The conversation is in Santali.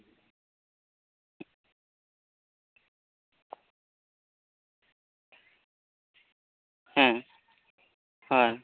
ᱦᱮᱸ ᱦᱮᱸ